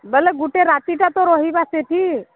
ବେଲେ ଗୋଟେ ରାତିଟା ତ ରହିବା ସେଠି